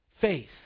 faith